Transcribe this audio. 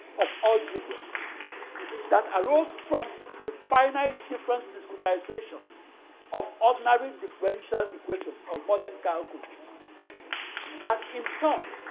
of algebra that arose from the finite difference discretizations of ordinary differential equations of modern calculus that, in turn,